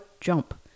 Jump